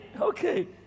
Okay